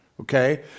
Okay